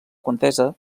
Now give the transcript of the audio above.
contesa